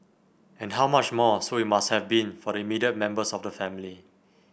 and how much more so it must have been for the immediate members of the family